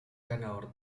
ganador